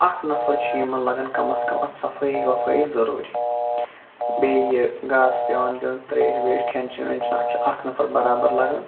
اکھ نفر چھُ یِمن لگان کم از کم اتھ صفٲیی وفٲیی ضروٗری بیٚیہِ یہِ گاسہٕ پیٚوان دِیُن تریش ویش کھٮ۪ن چٮ۪ن وٮ۪ن چٮ۪ن اتھ چھُ اکھ نفر برابر لگان